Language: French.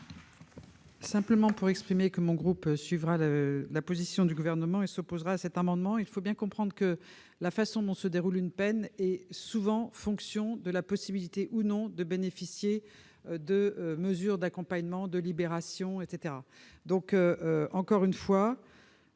de vote. Le groupe socialiste suivra la position du Gouvernement et s'opposera à cet amendement. Il faut bien comprendre que la façon dont se déroule une peine est souvent fonction de la possibilité ou non de bénéficier de mesures d'accompagnement ou de libération. Renoncer à ce